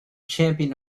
champion